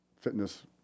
fitness